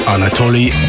Anatoly